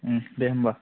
दे होनबा